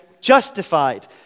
justified